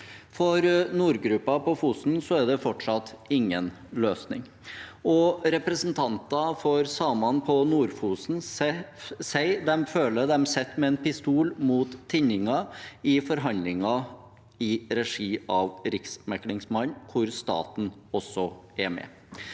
For nordgruppen på Fosen er det fortsatt ingen løsning. Representanter for samene på Nord-Fosen sier at de føler de sitter med en pistol mot tinningen i forhandlingene i regi av Riksmekleren, hvor staten også er med.